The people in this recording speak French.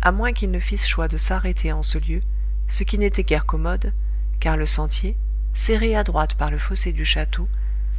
à moins qu'ils ne fissent choix de s'arrêter en ce lieu ce qui n'était guère commode car le sentier serré à droite par le fossé du château